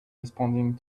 responding